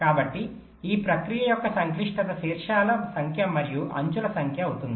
కాబట్టి ఈ ప్రక్రియ యొక్క సంక్లిష్టత శీర్షాల సంఖ్య మరియు అంచుల సంఖ్య అవుతుంది